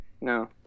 No